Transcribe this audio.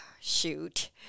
Shoot